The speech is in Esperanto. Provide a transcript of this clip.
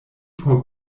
por